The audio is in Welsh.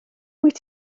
wyt